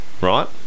right